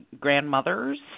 grandmothers